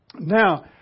Now